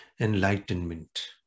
enlightenment